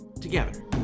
together